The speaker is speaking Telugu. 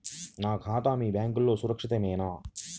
నా ఖాతా మీ బ్యాంక్లో సురక్షితమేనా?